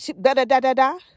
da-da-da-da-da